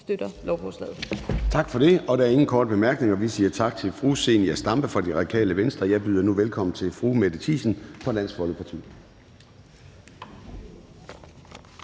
(Søren Gade): Tak for det. Der er ingen korte bemærkninger. Så tak til fru Zenia Stampe fra Radikale Venstre. Jeg byder nu velkommen til fru Mette Thiesen fra Dansk Folkeparti.